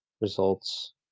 results